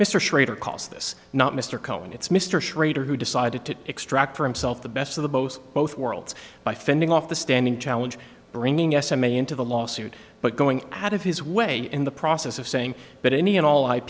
mr schrader cause this not mr cohen it's mr schrader who decided to extract for himself the best of the most both worlds by fending off the standing challenge bringing s m a into the lawsuit but going out of his way in the process of saying that any and all i